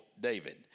David